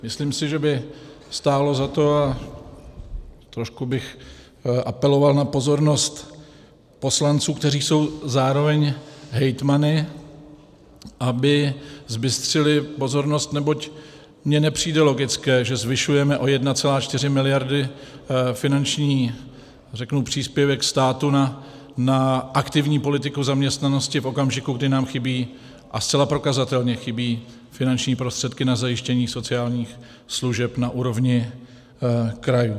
Myslím si, že by stálo za to a trošku bych apeloval na pozornost poslanců, kteří jsou zároveň hejtmany, aby zbystřili pozornost, neboť mi nepřijde logické, že zvyšujeme o 1,4 mld. finanční příspěvek státu na aktivní politiku zaměstnanosti v okamžiku, kdy nám chybí, a zcela prokazatelně chybí, finanční prostředky na zajištění sociálních služeb na úrovni krajů.